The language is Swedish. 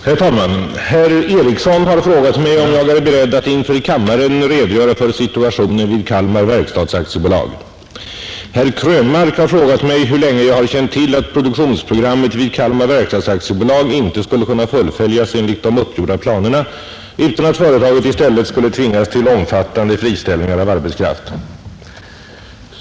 Herr talman! Herr Ericsson i Åtvidaberg har frågat mig om jag är beredd att inför kammaren redogöra för situationen vid Kalmar verkstads AB. Herr Krönmark har frågat mig hur länge jag har känt till att produktionsprogrammet vid Kalmar verkstads AB inte skulle kunna fullföljas enligt de uppgjorda planerna utan att företaget i stället skulle tvingas till omfattande friställningar av arbetskraft.